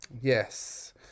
Yes